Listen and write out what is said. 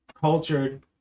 cultured